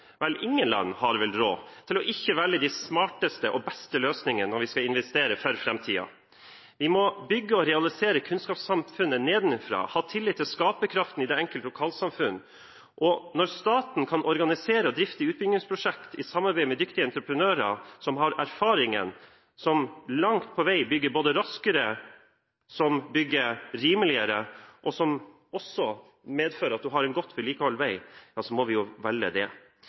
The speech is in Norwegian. vel råd – til ikke å velge de smarteste og beste løsningene når vi skal investere for framtiden. Vi må bygge og realisere kunnskapssamfunnet nedenfra, ha tillit til skaperkraften i det enkelte lokalsamfunn. Når staten kan organisere og drifte utbyggingsprosjekter i samarbeid med dyktige entreprenører som har erfaringene, og som langt på vei bygger både raskere og rimeligere – noe som også medfører at man har en godt vedlikeholdt vei – må vi velge det.